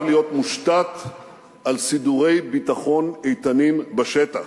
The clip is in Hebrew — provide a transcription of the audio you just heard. להיות מושתת על סידורי ביטחון איתנים בשטח.